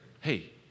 Hey